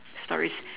stories